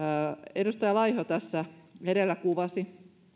edustaja laiho tässä edellä kuvasi